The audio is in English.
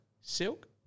Silk